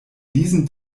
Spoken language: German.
diesen